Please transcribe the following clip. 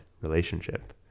relationship